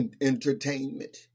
entertainment